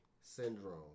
syndrome